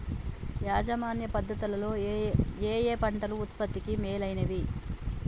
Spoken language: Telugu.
యాజమాన్య పద్ధతు లలో ఏయే పంటలు ఉత్పత్తికి మేలైనవి?